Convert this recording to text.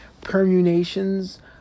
permutations